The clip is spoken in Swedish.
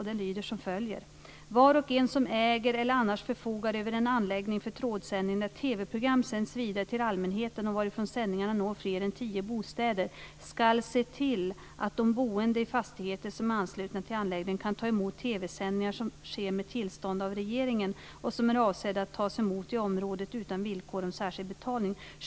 Den lyder som följer: Var och en som äger eller annars förfogar över en anläggning för trådsändning där TV-program sänds vidare till allmänheten och varifrån sändningarna når fler än tio bostäder ska se till att de boende i fastigheten som är anslutna till anläggningen kan ta emot TV-sändningar som sker med tillstånd av regeringen och som är avsedda att tas emot i området utan villkor om särskild betalning.